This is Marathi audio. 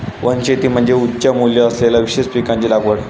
वनशेती म्हणजे उच्च मूल्य असलेल्या विशेष पिकांची लागवड